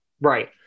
Right